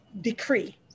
decree